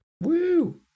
Woo